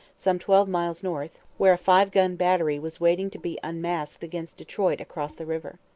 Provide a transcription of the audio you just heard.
some twelve miles north, where a five-gun battery was waiting to be unmasked against detroit across the river.